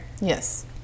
Yes